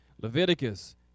Leviticus